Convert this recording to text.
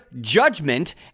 judgment